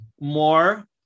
more